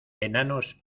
enanos